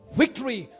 victory